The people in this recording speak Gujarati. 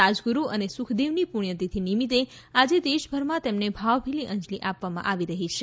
રાજગુરૂ અને સુખદેવની પુણ્યતિથી નિમિત્તે આજે દેશભરમાં તેમને ભાવભીની અંજલી આપવામાં આવી રહી છે